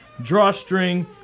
drawstring